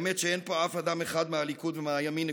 האמת שאין פה אף אדם אחד מהליכוד ומהימין,